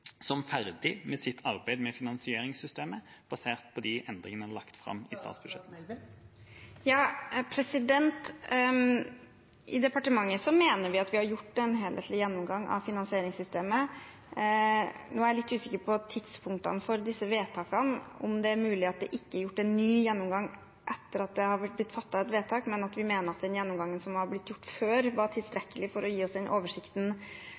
som ferdig med sitt arbeid med finansieringssystemet, basert på de endringene en har lagt fram? I departementet mener vi at vi har gjort en helhetlig gjennomgang av finansieringssystemet. Nå er jeg litt usikker på tidspunktene for disse vedtakene. Det er mulig det ikke er gjort en ny gjennomgang etter at det er blitt fattet et vedtak, men at vi mener den gjennomgangen som var blitt gjort før, var tilstrekkelig for å gi oss den oversikten.